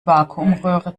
vakuumröhre